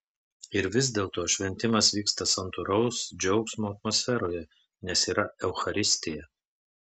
ir vis dėlto šventimas vyksta santūraus džiaugsmo atmosferoje nes yra eucharistija